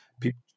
people